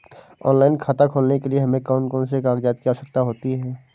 Online खाता खोलने के लिए हमें कौन कौन से कागजात की आवश्यकता होती है?